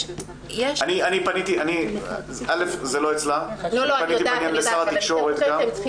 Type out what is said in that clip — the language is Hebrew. זה לא אצלה, אני פניתי לשר התקשורת גם.